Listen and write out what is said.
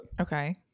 Okay